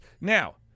now